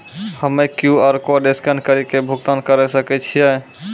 हम्मय QR code scan कड़ी के भुगतान करें सकय छियै?